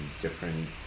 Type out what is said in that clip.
different